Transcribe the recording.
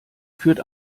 führt